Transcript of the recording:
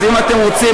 אז אם אתם רוצים,